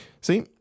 See